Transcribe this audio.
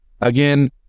Again